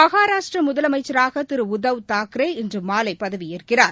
மகாராஷ்டிராமுதலமைச்சராகதிருஉத்தவ் Thackeray இன்றுபதவியேற்கிறார்